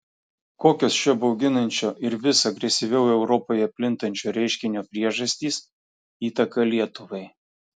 kokios šio bauginančio ir vis agresyviau europoje plintančio reiškinio priežastys įtaka lietuvai